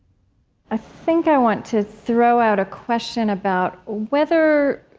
i think i want to throw out a question about whether,